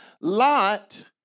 Lot